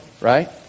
right